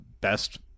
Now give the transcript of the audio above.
best